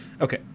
Okay